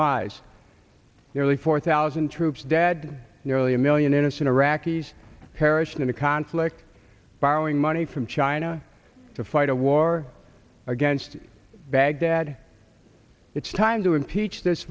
only four thousand troops dead nearly a million innocent iraqis perished in a conflict borrowing money from china to fight a war against baghdad it's time to impeach this